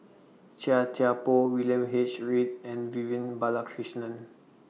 Chia Thye Poh William H Read and Vivian Balakrishnan